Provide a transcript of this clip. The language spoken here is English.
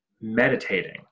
meditating